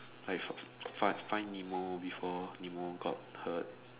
like fi~ fi~ find find nemo before nemo got hurt